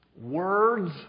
words